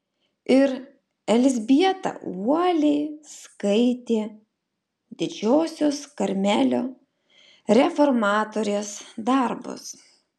ir elzbieta uoliai skaitė didžiosios karmelio reformatorės darbus